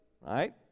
right